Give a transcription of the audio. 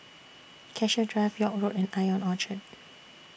Cassia Drive York Road and Ion Orchard